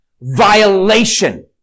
violation